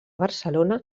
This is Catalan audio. barcelona